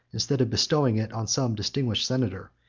instead of bestowing it on some distinguished senator,